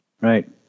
Right